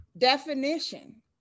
definition